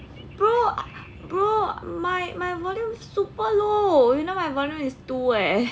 bro bro my my volume super low you know my volume is two eh